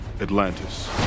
Atlantis